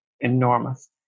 enormous